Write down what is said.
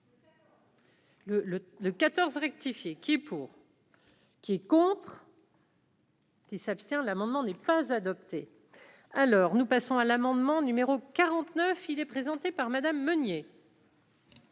le 14 rectifié qui est. Pour qui est contre. Qui s'abstient l'amendement n'est pas adopté alors, nous passons à l'amendement numéro 49, il est présenté par Madame Menier.